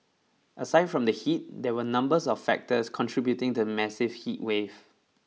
aside from the heat there were numbers of factors contributing to the massive heatwave